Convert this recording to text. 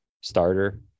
starter